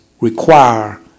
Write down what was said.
require